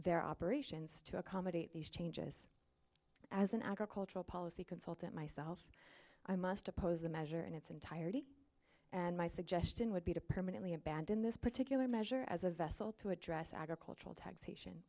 their operations to accommodate these changes as an agricultural policy consultant myself i must oppose the measure in its entirety and my suggestion would be to permanently abandon this particular measure as a vessel to address agricultural t